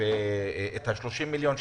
את ה-30 מיליון שקל,